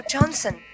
Johnson